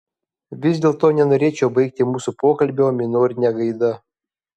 vis dėlto nenorėčiau baigti mūsų pokalbio minorine gaida